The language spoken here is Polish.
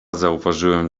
zauważyłem